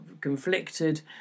conflicted